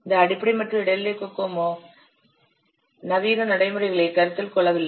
இந்த அடிப்படை மற்றும் இடைநிலை கோகோமோ நவீன நடைமுறைகளை கருத்தில் கொள்ளவில்லை